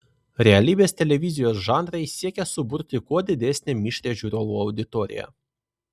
realybės televizijos žanrai siekia suburti kuo didesnę mišrią žiūrovų auditoriją